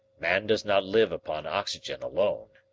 man does not live upon oxygen alone.